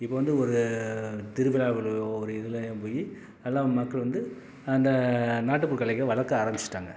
இப்போ வந்து ஒரு திருவிழாவிலையோ ஒரு இதிலையோ போய் நல்லா மக்கள் வந்து அந்த நாட்டுப்புற கலைகளை வளர்க்க ஆரம்பிச்சிட்டாங்க